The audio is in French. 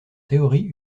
théorie